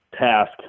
task